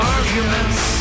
Arguments